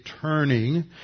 turning